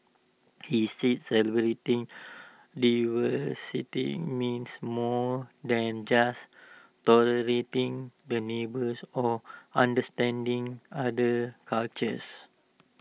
he said celebrating diversity meant more than just tolerating the neighbours or understanding other cultures